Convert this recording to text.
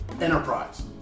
Enterprise